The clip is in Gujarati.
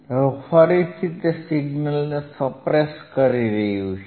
હવે ફરીથી તે સિગ્નલને સપ્રેસ કરી રહ્યું છે